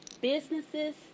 businesses